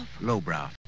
Lowbrow